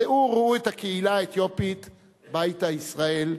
צאו וראו את הקהילה האתיופית "ביתא ישראל"